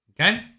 Okay